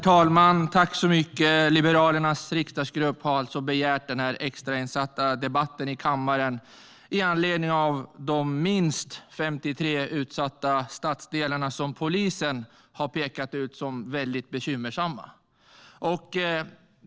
Herr talman! Liberalernas riksdagsgrupp har alltså begärt denna extrainsatta debatt i kammaren med anledning av de minst 53 utsatta stadsdelar som polisen har pekat ut som mycket bekymmersamma.